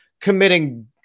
committing